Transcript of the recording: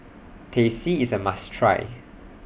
Teh C IS A must Try